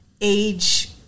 age